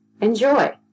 Enjoy